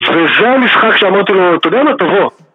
וזה המשחק שאמרתי לו - אתה יודע מה? תבוא.